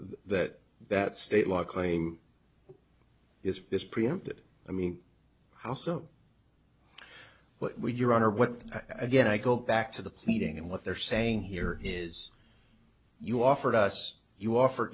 that that state law claim is this preempted i mean how so what would your honor what i get i go back to the pleading and what they're saying here is you offered us you offer